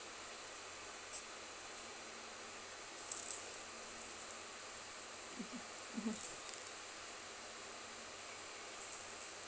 mmhmm mmhmm